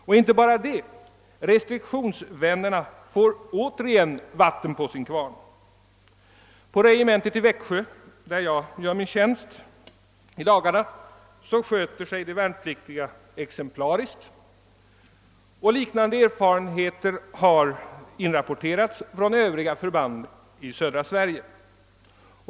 Men inte bara detta: restriktionsvännerna får återigen vatten på sin kvarn. På regementet i Växjö där jag i dagarna gör min tjänst sköter sig de värnpliktiga exemplariskt, och liknande erfarenheter har inrapporterats från Övriga förband i södra Sverige.